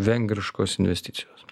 vengriškos investicijos